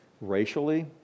racially